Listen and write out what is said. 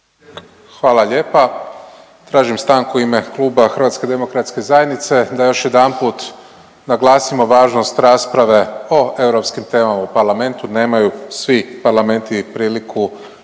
Hvala lijepa. Tražim stanku u ime kluba Hrvatske demokratske zajednice da još jedanput naglasimo važnost rasprave o europskim temama u Parlamentu. Nemaju svi parlamenti priliku da